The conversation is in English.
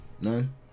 None